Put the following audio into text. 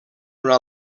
una